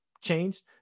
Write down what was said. changed